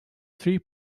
three